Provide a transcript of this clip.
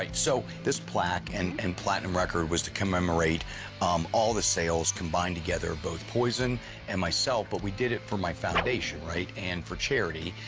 so this plaque and and platinum record was to commemorate all the sales combined together, both poison and myself. but we did it for my foundation, right? and for charity.